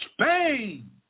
Spain